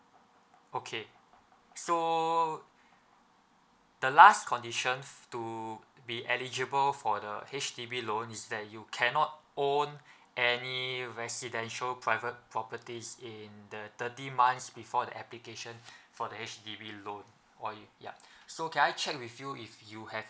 okay so the last condition to be eligible for the H_D_B loan is that you cannot own any residential private property in the thirty months before the application for the H_D_B loan or you ya so can I check with you if you have